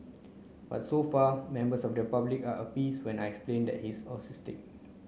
but so far members of the public are appeased when I explained he's autistic